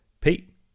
Pete